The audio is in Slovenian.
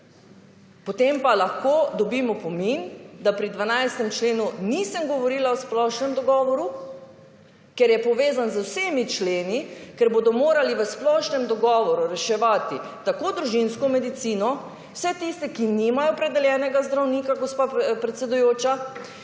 potem pa lahko dobim opomin, da pri 12. členu nisem govorila o splošnem dogovoru, ker je povezan z vsemi členi, ker bodo morali v splošnem dogovoru reševati tako družinsko medicino, vse tiste, ki nimajo opredeljenega zdravnika, gospa predsedujoča,